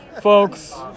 Folks